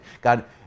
God